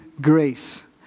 grace